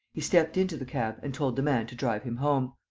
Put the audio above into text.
he stepped into the cab and told the man to drive him home.